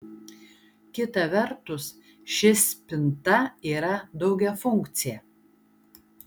kita vertus ši spinta yra daugiafunkcė